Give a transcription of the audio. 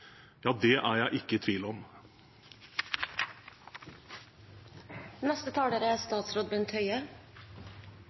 Ja, det er eg